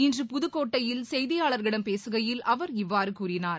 இன்று புதுக்கோட்டையில் செய்தியாளர்களிடம் பேசுகையில் அவர் இவ்வாறு கூறினார்